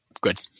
Good